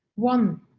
one